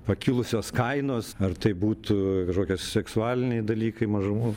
pakilusios kainos ar tai būtų kažkokie seksualiniai dalykai mažumų